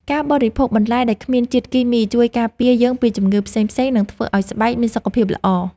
ការបរិភោគបន្លែដែលគ្មានជាតិគីមីជួយការពារយើងពីជំងឺផ្សេងៗ និងធ្វើឱ្យស្បែកមានសុខភាពល្អ។